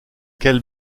quelle